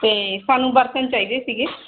ਤੇ ਸਾਨੂੰ ਬਰਤਨ ਚਾਹੀਦੇ ਸੀਗੇ